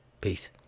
Peace